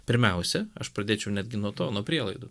pirmiausia aš pradėčiau netgi nuo to nuo prielaidų